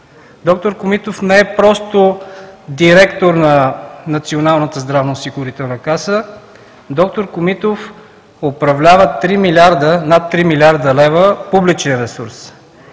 Д-р Комитов не е просто директор на Националната здравноосигурителна каса. Доктор Комитов управлява над 3 млрд. лв. публичен ресурс